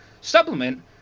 supplement